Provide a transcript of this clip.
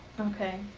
okay.